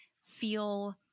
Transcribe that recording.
feel